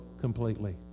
completely